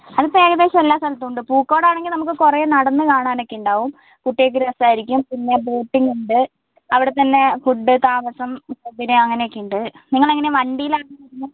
അതിപ്പോൾ ഏകദേശം എല്ലാ സ്ഥലത്തും ഉണ്ട് പൂക്കോടാണെങ്കിൽ നമുക്ക് കുറേ നടന്നു കാണാനൊക്കെ ഉണ്ടാവും കുട്ടികൾക്ക് രസമായിരിക്കും പിന്നെ ബോട്ടിങ്ങുണ്ട് അവിടെത്തന്നെ ഫുഡ് താമസം പിന്നെ അങ്ങനെയൊക്കെ ഉണ്ട് നിങ്ങൾ എങ്ങനെ വണ്ടിയിലാണോ വരുന്നത്